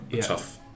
tough